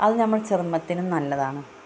അത് നമ്മുടെ ചർമ്മത്തിനും നല്ലതാണ്